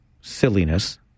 silliness